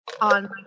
on